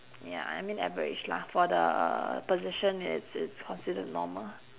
ya I mean average lah for the position it's it's considered normal